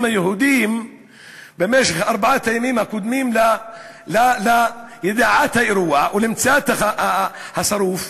היהודיים במשך ארבעת הימים הקודמים לידיעת האירוע ולמציאת השרוף,